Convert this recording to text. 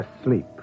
asleep